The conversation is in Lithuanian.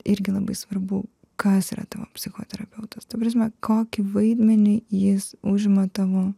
irgi labai svarbu kas yra tavo psichoterapeutas ta prasme kokį vaidmenį jis užima tavo